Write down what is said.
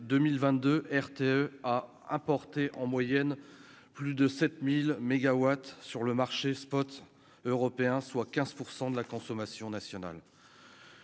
2022, RTE a apporté en moyenne plus de 7000 mégawatts sur le marché spot européen, soit 15 % de la consommation nationale,